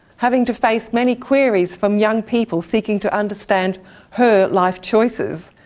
having to face many queries from young people seeking to understand her life choices.